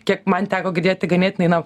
kiek man teko girdėti ganėtinai na